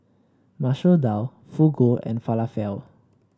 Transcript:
Masoor Dal Fugu and Falafel